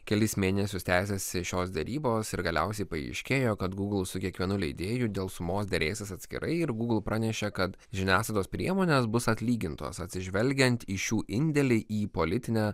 kelis mėnesius tęsiasi šios derybos ir galiausiai paaiškėjo kad gūgl su kiekvienu leidėju dėl sumos derėsis atskirai ir gūgl pranešė kad žiniasklaidos priemonės bus atlygintos atsižvelgiant į šių indėlį į politinę